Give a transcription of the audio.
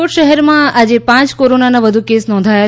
રાજકોટ શહેરમાં આજે પાંચ કોરોનાના વધુ કેસો નોંધાયા છે